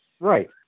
Right